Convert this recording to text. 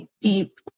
deep